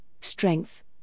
strength